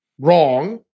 wrong